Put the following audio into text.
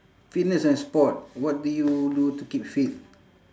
fitness and sport what do you do to keep fit